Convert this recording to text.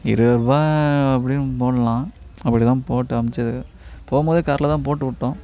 இருவத் ரூபா அப்படின் போடலாம் அப்படிதான் போட்டு அனுப்ச்சுது போகும்போது காரில்தான் போட்டு விட்டோம்